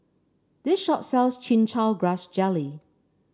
this shop sells Chin Chow Grass Jelly